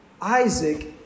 Isaac